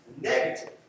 negative